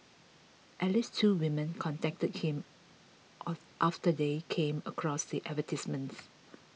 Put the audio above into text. at least two women contacted him after they came across the advertisements